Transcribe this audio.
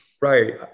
Right